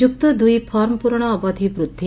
ଯୁକ୍ତ ଦୁଇ ଫର୍ମ ପୂରଣ ଅବଧି ବୃଦ୍ଧି